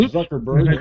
Zuckerberg